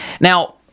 Now